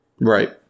Right